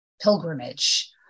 pilgrimage